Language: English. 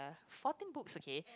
fourteen books okay